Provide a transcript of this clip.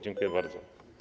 Dziękuję bardzo.